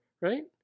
right